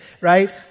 right